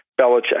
Belichick